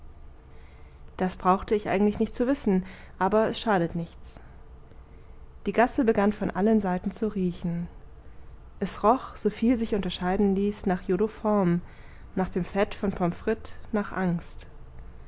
das brauchte ich eigentlich nicht zu wissen aber es schadet nicht die gasse begann von allen seiten zu riechen es roch soviel sich unterscheiden ließ nach jodoform nach dem fett von pommes frites nach angst